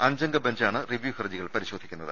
അഞ്ചംഗ ബെഞ്ചാണ് റിവ്യൂ ഹർജികൾ പരിശോധിക്കുന്നത്